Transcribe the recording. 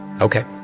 Okay